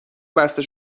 بسته